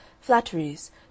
flatteries